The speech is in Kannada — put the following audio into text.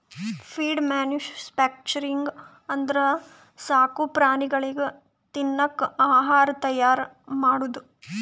ಫೀಡ್ ಮ್ಯಾನುಫ್ಯಾಕ್ಚರಿಂಗ್ ಅಂದ್ರ ಸಾಕು ಪ್ರಾಣಿಗಳಿಗ್ ತಿನ್ನಕ್ ಆಹಾರ್ ತೈಯಾರ್ ಮಾಡದು